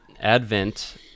Advent